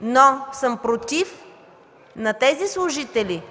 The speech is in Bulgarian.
но съм против на тези служители,